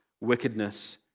wickedness